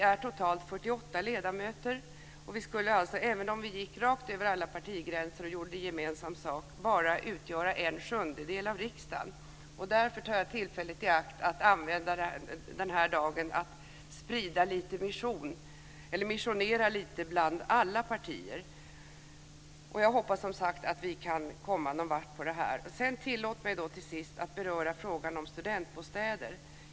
Vi är totalt 48 ledamöter, och vi skulle alltså även om vi gick rakt över alla partigränser och gjorde gemensam sak bara utgöra en sjundedel av riksdagen. Därför tar jag tillfället i akt att använda den här dagen åt att missionera lite bland alla partier. Jag hoppas, som sagt var, att vi kan komma någonvart med det här. Tillåt mig till sist beröra frågan om studentbostäder.